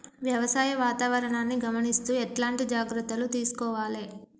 వ్యవసాయ వాతావరణాన్ని గమనిస్తూ ఎట్లాంటి జాగ్రత్తలు తీసుకోవాలే?